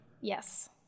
Yes